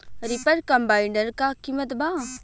Reaper कम्बाइंडर का किमत बा?